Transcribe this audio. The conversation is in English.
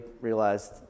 realized